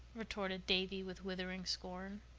retorted davy with withering scorn.